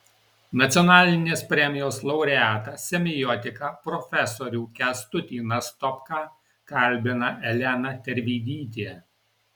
nacionalinės premijos laureatą semiotiką profesorių kęstutį nastopką kalbina elena tervidytė